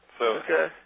Okay